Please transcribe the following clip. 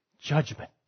judgment